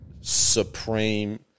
supreme